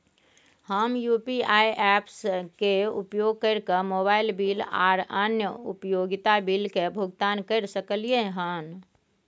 हम UPI apps के उपयोग कैरके मोबाइल बिल आर अन्य उपयोगिता बिल के भुगतान कैर सकलिये हन